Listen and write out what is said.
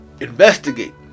investigate